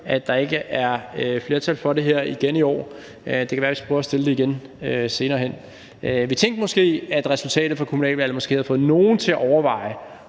at der ikke er flertal for det her igen i år. Det kan være, vi skal prøve at fremsætte det igen senere hen. Vi tænkte, at resultatet fra kommunalvalget måske havde fået nogle til at overveje,